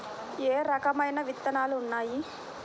ఏ రకమైన విత్తనాలు ఉన్నాయి?